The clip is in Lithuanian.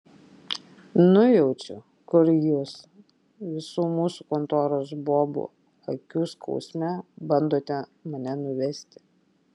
nujaučiu kur jūs visų mūsų kontoros bobų akių skausme bandote mane nuvesti